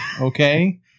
okay